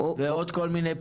ועוד כל מיני פתרונות.